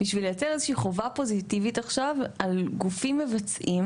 בשביל לייצר איזה שהיא חובה פוזיטיבית עכשיו על גופים מבצעים